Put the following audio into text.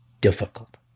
difficult